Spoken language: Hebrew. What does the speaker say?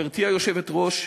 גברתי היושבת-ראש,